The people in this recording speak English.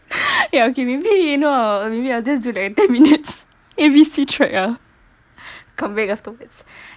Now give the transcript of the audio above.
ya okay maybe you know I'll maybe I'll just do that in ten minutes A_B_C track ah come back afterwards